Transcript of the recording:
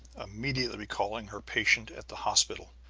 immediately recalling her patient at the hospital.